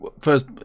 First